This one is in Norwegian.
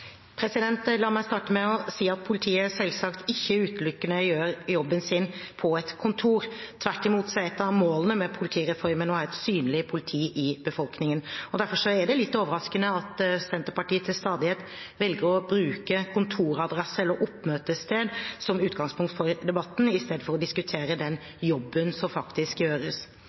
La meg starte med å si at politiet selvsagt ikke utelukkende gjør jobben sin på et kontor. Tvert imot er et av målene med politireformen å ha et synlig politi i befolkningen. Derfor er det litt overraskende at Senterpartiet til stadighet velger å bruke kontoradresse eller oppmøtested som utgangspunkt for debatten i stedet for å diskutere den jobben som faktisk gjøres.